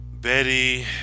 Betty